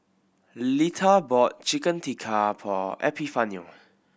Letha bought Chicken Tikka for Epifanio